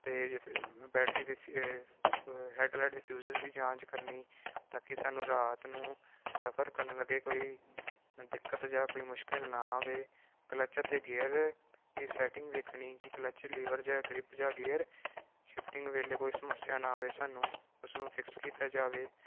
ਅਤੇ ਬੈਟਰੀ 'ਤੇ ਹੈਡਲਾਈਟ ਰਿਫਿਊਜਸ ਦੀ ਜਾਂਚ ਕਰਨੀ ਤਾਂ ਕਿ ਸਾਨੂੰ ਰਾਤ ਨੂੰ ਸਫਰ ਕਰਨ ਲੱਗੇ ਕੋਈ ਦਿੱਕਤ ਜਾਂ ਕੋਈ ਮੁਸ਼ਕਿਲ ਨਾ ਆਵੇ ਕਲੱਚ ਅਤੇ ਗੇਅਰ ਦੀ ਸੈਟਿੰਗ ਵੇਖਣੀ ਕਿ ਕਲਚ ਲੀਵਰ ਜਾਂ ਗਰਿਪ ਜਾਂ ਗੇਅਰ ਸ਼ਿਫਟਿੰਗ ਵੇਲੇ ਕੋਈ ਸਮੱਸਿਆ ਨਾ ਆਵੇ ਸਾਨੂੰ ਉਸਨੂੰ ਫਿਕਸ ਕੀਤਾ ਜਾਵੇ